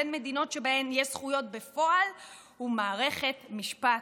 מדינות שבהן יש זכויות בפועל הוא מערכת משפט